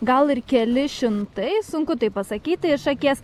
gal ir keli šimtai sunku tai pasakyti iš akies